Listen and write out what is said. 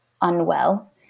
unwell